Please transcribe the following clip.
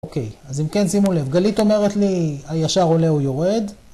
אוקיי, אז אם כן שימו לב, גלית אומרת לי הישר עולה אן יורד.